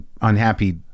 unhappy